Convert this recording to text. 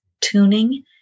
tuning